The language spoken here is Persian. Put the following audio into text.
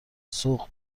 سوق